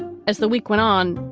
as the week went on.